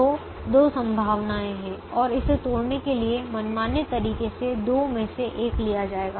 तो दो संभावनाएं हैं और इसे तोड़ने के लिए मनमाने तरीके से दो में से एक लिया जाएगा